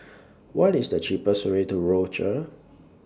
What IS The cheapest Way to Rochor